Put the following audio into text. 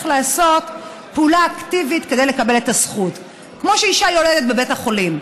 לעשות פעולה אקטיבית כדי לקבל את הזכות כמו שאישה יולדת בבית החולים,